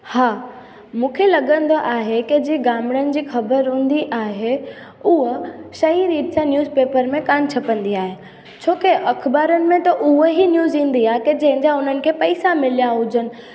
हा मूंखे लॻंदो आहे की जे गामड़नि जी ख़बर हूंदी आहे उहा सही रीत सां न्यूज़ पेपर में कान छपंदी आहे छोके अखबारुनि में त उहा ई न्यूज़ ईंदी आहे की जंहिंजा उन्हनि खे पैसा मिलिया हुजनि